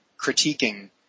critiquing